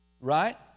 right